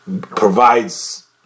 provides